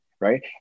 right